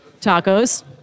Tacos